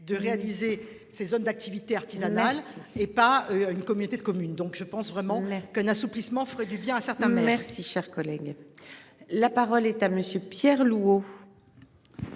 de réaliser ces zones d'activités artisanales et pas une communauté de communes. Donc je pense vraiment. Merck qu'un assouplissement ferait du bien à certains. Merci cher collègue. La parole est à monsieur Pierre Louÿs.